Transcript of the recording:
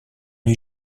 les